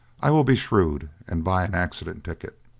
i will be shrewd, and buy an accident ticket.